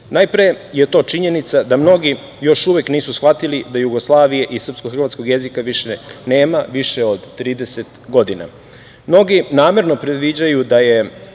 Najpre je to činjenica da mnogi još uvek nisu shvatili da Jugoslavije i srpsko-hrvatskog jezika više nema, više od 30 godina. Mnogi namerno predviđaju da je